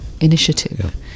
initiative